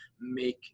make